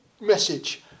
message